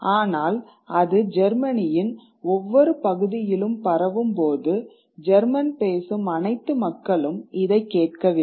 ஆனால் அது ஜெர்மனியின் ஒவ்வொரு பகுதியிலும் பரவும்போது ஜெர்மன் பேசும் அனைத்து மக்களும் இதைக் கேட்கவில்லை